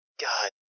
God